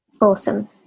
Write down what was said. Awesome